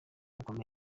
bukomeye